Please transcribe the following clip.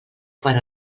per